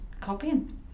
copying